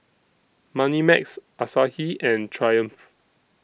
Moneymax Asahi and Triumph